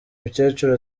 mukecuru